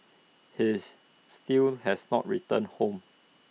he's still has not returned home